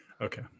Okay